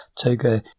Togo